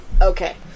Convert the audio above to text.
Okay